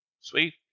Sweet